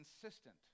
consistent